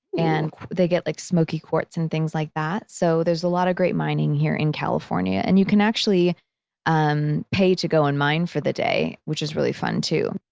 and they get like smoky quartz, and things like that. so, there's a lot of great mining here in california and you can actually um pay to go and mine for the day, which is really fun too.